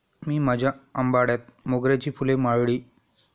मी माझ्या आंबाड्यात मोगऱ्याची फुले माळली